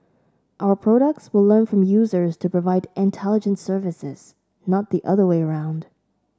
our products will learn from users to provide intelligent services not the other way around